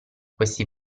questi